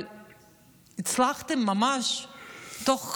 אבל הצלחתם ממש בתוך